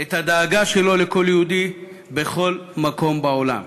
את הדאגה שלו לכל יהודי בכל מקום בעולם.